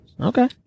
Okay